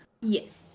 Yes